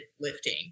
lifting